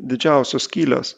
didžiausios skylės